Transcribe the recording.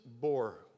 bore